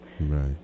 Right